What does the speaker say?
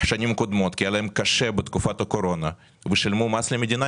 שנים קודמות כי היה להם קשה בתקופת הקורונה ושילמו מס למדינה,